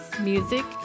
music